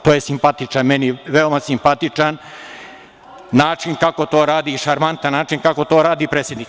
To je simpatično, meni veoma simpatičan način kako to radi na šarmantan način, kako to radi predsednik.